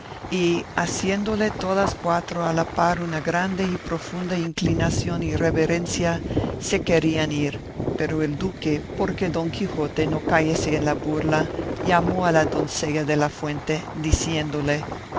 y haciéndole todas cuatro a la par una grande y profunda inclinación y reverencia se querían ir pero el duque porque don quijote no cayese en la burla llamó a la doncella de la fuente diciéndole